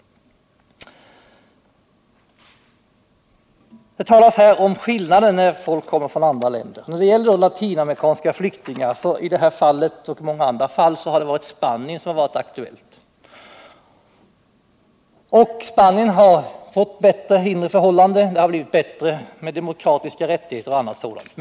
Det talas om skillnader mellan flyktingar som kommer från andra länder. När det gäller latinamerikanska flyktingar har i detta och många andra fall Spanien varit aktuellt. Spanien har fått bättre inre förhållanden, de demokratiska rättigheterna och annat har förbättrats.